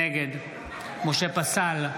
נגד משה פסל,